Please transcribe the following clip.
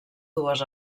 dues